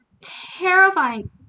terrifying